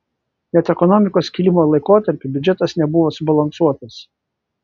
net ekonomikos kilimo laikotarpiu biudžetas nebuvo subalansuotas